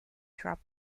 drop